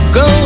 go